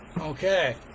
okay